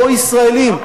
אל תהיו פרו-ישראלים.